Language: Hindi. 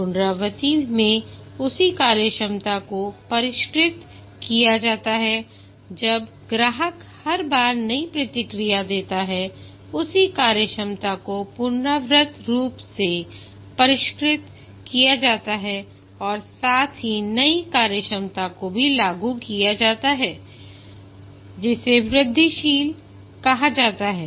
पुनरावृत्ति में उसी कार्यक्षमता को परिष्कृत किया जाता है जब ग्राहक हर बार नई प्रतिक्रिया देता है उसी कार्यक्षमता को पुनरावृत्त रूप से परिष्कृत किया जाता है और साथ ही नई कार्यक्षमता को भी लागू किया जाता है जिसे वृद्धि कहा जाता है